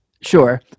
Sure